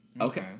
Okay